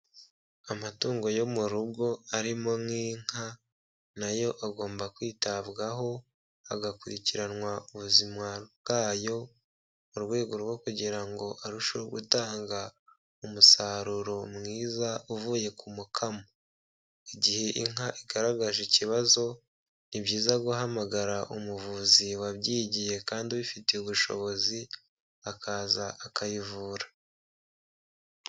Amatungo yo mu rugo arimo nk'inka n'ayo agomba kwitabwaho, hagakurikiranwa ubuzima bwayo mu rwego rwo kugira ngo arusheho gutanga umusaruro mwiza uvuye ku makamo, igihe inka igaragaje ikibazo ni byiza guhamagara umuvuzi wabyigiye kandi ubifitiye ubushobozi, akaza akayivura.